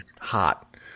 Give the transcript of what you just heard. Hot